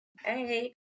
Hey